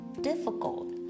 difficult